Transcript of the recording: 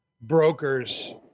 brokers